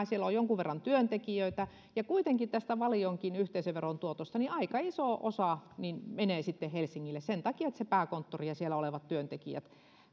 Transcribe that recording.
siellä on jonkun verran työntekijöitä ja kuitenkin tästä valionkin yhteisöveron tuotosta aika iso osa menee sitten helsingille sen takia että se pääkonttori ja siellä olevat työntekijät